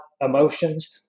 emotions